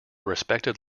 respected